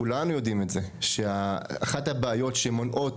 כולנו יודעים את זה שאחת הבעיות שמונעות